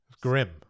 grim